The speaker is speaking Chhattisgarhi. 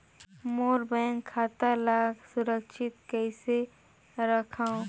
मोर बैंक खाता ला सुरक्षित कइसे रखव?